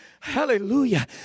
Hallelujah